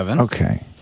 Okay